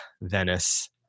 venice